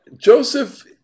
Joseph